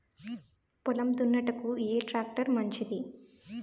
పొలం దున్నుటకు ఏ ట్రాక్టర్ మంచిది?